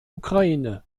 ukraine